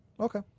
Okay